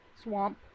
Swamp